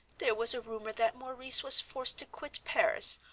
there was a rumor that maurice was forced to quit paris,